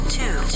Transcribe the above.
two